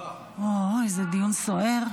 איזה דיון סוער.